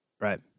Right